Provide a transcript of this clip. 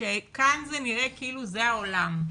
שכאן זה נראה כאילו זה העולם,